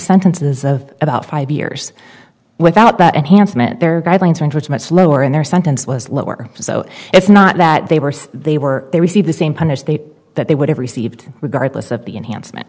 sentences of about five years without that enhancement their guidelines which much lower in their sentence was lower so it's not that they were they were they receive the same punish they that they would have received regardless of the enhancement